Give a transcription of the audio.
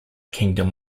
kingdom